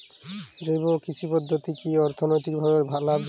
জৈব কৃষি পদ্ধতি কি অর্থনৈতিকভাবে লাভজনক?